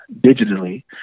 digitally